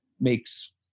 makes